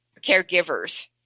caregivers